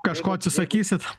kažko atsisakysit